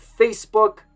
Facebook